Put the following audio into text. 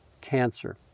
cancer